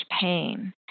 pain